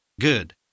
Good